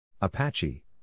Apache